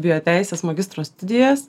bioteisės magistro studijas